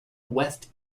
west